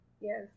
Yes